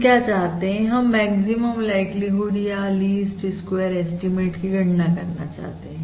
हम क्या चाहते हैं हम मैक्सिमम लाइक्लीहुड या लीस्ट स्क्वेयर एस्टीमेट की गणना करना चाहते हैं